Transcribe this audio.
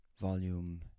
volume